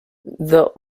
the